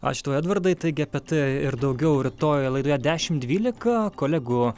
ačiū tau edvardai taigi apie tai ir daugiau rytoj laidoje dešimt dvylika kolegų